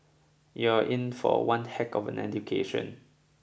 you're in for one heck of an education